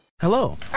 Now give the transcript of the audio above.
Hello